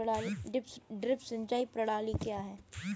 Drip सिंचाई प्रणाली क्या है?